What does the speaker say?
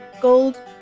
gold